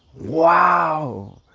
wow!